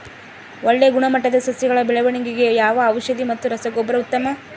ಒಳ್ಳೆ ಗುಣಮಟ್ಟದ ಸಸಿಗಳ ಬೆಳವಣೆಗೆಗೆ ಯಾವ ಔಷಧಿ ಮತ್ತು ರಸಗೊಬ್ಬರ ಉತ್ತಮ?